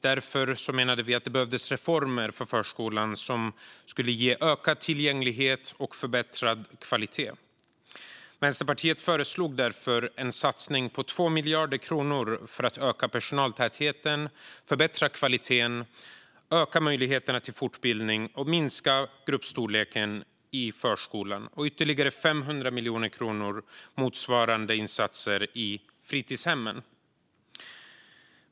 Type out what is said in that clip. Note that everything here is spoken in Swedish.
Därför menade vi att det behövdes reformer för förskolan som skulle ge ökad tillgänglighet och förbättrad kvalitet. Vänsterpartiet föreslog därför en satsning på 2 miljarder kronor för att öka personaltätheten, förbättra kvaliteten, öka möjligheterna till fortbildning och minska gruppstorleken i förskolan och ytterligare 500 miljoner kronor till motsvarande insatser i fritidshemmen.